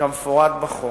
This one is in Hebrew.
כמפורט בחוק.